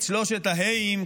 שלושת הה"אים,